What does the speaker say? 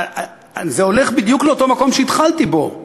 זה הולך בדיוק לאותו מקום שהתחלתי בו.